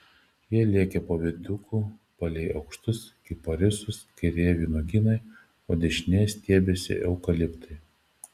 jie lėkė po viaduku palei aukštus kiparisus kairėje vynuogynai o dešinėje stiebėsi eukaliptai